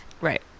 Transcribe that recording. Right